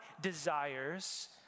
desires